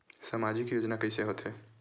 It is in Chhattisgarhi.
सामजिक योजना कइसे होथे?